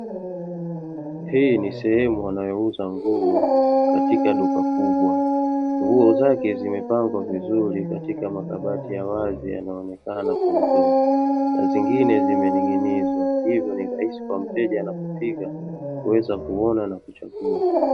Hii ni sehemu wanayouza nguo, katika duka kubwa, nguo zake zimepangwa vizuri katika makabati ya wazi yanayoonekana kwa uzuri na zingine zimening’inizwa. Hivyo ni rahisi kwa mteja anapofika kuweza kuona na kuchagua.